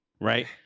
right